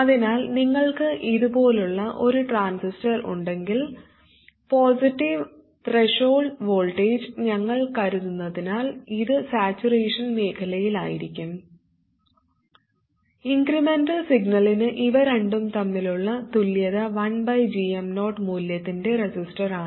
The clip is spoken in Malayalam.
അതിനാൽ നിങ്ങൾക്ക് ഇതുപോലുള്ള ഒരു ട്രാൻസിസ്റ്റർ ഉണ്ടെങ്കിൽ പോസിറ്റീവ് ത്രെഷോൾഡ് വോൾട്ടേജ് ഞങ്ങൾ കരുതുന്നതിനാൽ ഇത് സാച്ചുറേഷൻ മേഖലയിലായിരിക്കുo ഇൻക്രെമെന്റൽ സിഗ്നലിന് ഇവ രണ്ടും തമ്മിലുള്ള തുല്യത 1gm0 മൂല്യത്തിന്റെ റെസിസ്റ്ററാണ്